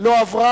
לא עברה,